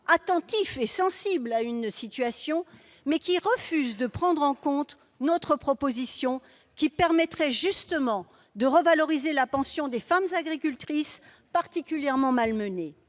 attentif et sensible à une situation, mais refuse de prendre en compte notre proposition, laquelle permettrait justement de revaloriser la pension des femmes agricultrices particulièrement malmenées.